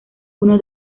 uno